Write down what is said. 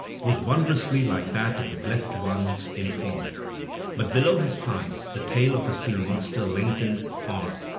was wondrously like that of the blessed ones in form but below his sides the tail of a sea monster lengthened far,